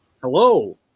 hello